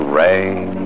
rain